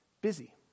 busy